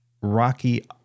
Rocky